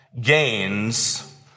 gains